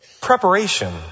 preparation